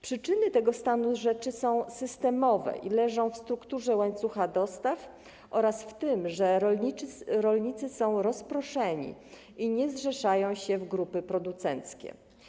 Przyczyny tego stanu rzeczy są systemowe i leżą w strukturze łańcucha dostaw oraz w tym, że rolnicy są rozproszeni i nie zrzeszają się w grupy producenckie.